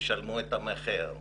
שישלמו את המחיר.